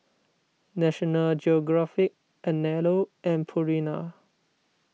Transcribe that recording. National Geographic Anello and Purina